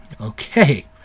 Okay